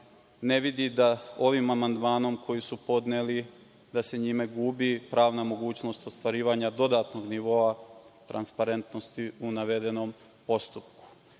ne vidi da ovim amandmanom koji su podneli se time gubi pravna mogućnost ostvarivanja dodatnog nivoa transparentnosti u redovnom postupku. Vodi